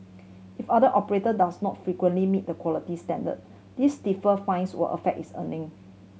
if other operator does not frequently meet the quality standard these stiffer fines will affect its earning